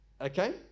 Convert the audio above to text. Okay